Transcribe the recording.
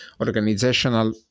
organizational